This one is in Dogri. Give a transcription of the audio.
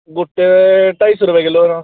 गुट्टै दे ढाई सौ रपेआ किलो न